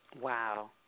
Wow